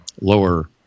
lower